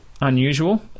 unusual